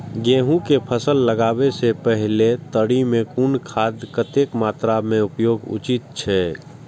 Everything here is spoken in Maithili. गेहूं के फसल लगाबे से पेहले तरी में कुन खादक कतेक मात्रा में उपयोग उचित छेक?